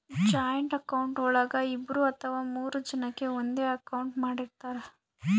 joint account ಒಳಗ ಇಬ್ರು ಅಥವಾ ಮೂರು ಜನಕೆ ಒಂದೇ ಅಕೌಂಟ್ ಮಾಡಿರ್ತರಾ